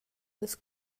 las